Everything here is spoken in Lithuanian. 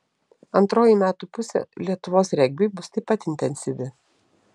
antroji metų pusė lietuvos regbiui bus taip pat intensyvi